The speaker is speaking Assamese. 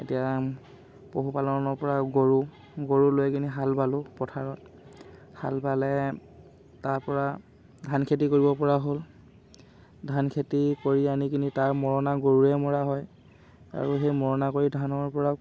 এতিয়া পশুপালনৰ পৰা গৰু গৰু লৈ কিনি হাল বালোঁ পথাৰত হাল বালে তাৰপৰা ধান খেতি কৰিব পৰা হ'ল ধান খেতি কৰি আনি কিনি তাৰ মৰণা গৰুৱে মৰা হয় আৰু সেই মৰণা কৰি ধানৰ পৰা